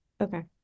Okay